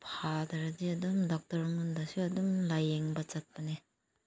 ꯐꯗ꯭ꯔꯗꯤ ꯑꯗꯨꯝ ꯗꯣꯛꯇꯔ ꯃꯉꯣꯟꯗꯁꯨ ꯑꯗꯨꯝ ꯂꯥꯏꯌꯦꯡꯕ ꯆꯠꯄꯅꯦ